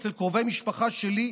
אצל קרובי משפחה שלי,